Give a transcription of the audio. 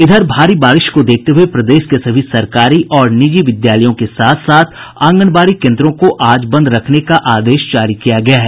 इधर भारी बारिश को देखते हुए प्रदेश के सभी सरकारी और निजी विद्यालयों के साथ साथ आंगनबाड़ी केन्द्रों को आज बंद रखने का आदेश जारी किया गया है